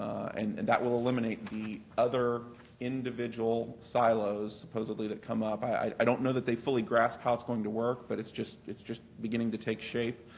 and and that will eliminate the other individual silos supposedly that come up. i don't know that they fully grasp how it's going to work, but it's just it's just beginning to take shape.